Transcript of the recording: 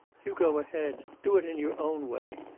you go ahead. do it in your own way.